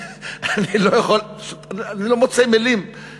אני לא יכול, אני לא מוצא מילים.